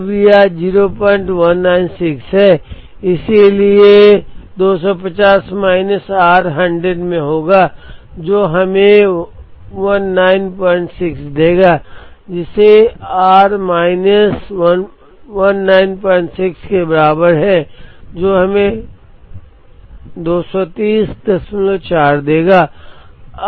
अब यह 0196 है इसलिए 250 माइनस आर 100 में होगा जो हमें 196 देगा जिसमें से आर 250 माइनस 196 के बराबर है जो हमें 2304 देगा